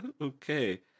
Okay